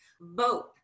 vote